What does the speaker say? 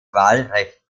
wahlrecht